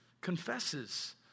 confesses